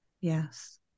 Yes